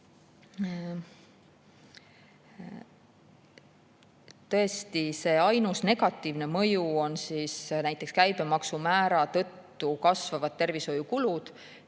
Tõesti, see ainus negatiivne mõju on käibemaksumäära tõttu kasvavad tervishoiukulud.